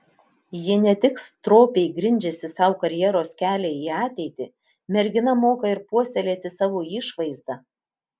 ji ne tik stropiai grindžiasi sau karjeros kelią į ateitį mergina moka ir puoselėti savo išvaizdą